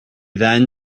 then